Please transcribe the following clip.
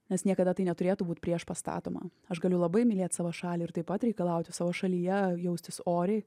nes niekada tai neturėtų būt prieš pastatoma aš galiu labai mylėt savo šalį ir taip pat reikalauti savo šalyje jaustis oriai